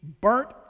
burnt